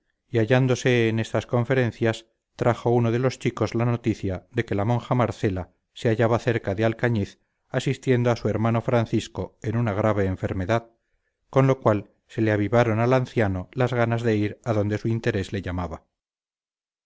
y hallándose en estas conferencias trajo uno de los chicos la noticia de que la monja marcela se hallaba cerca de alcañiz asistiendo a su hermano francisco en una grave enfermedad con lo cual se le avivaron al anciano las ganas de ir a donde su interés le llamaba